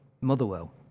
Motherwell